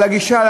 על הגישה,